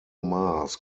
mars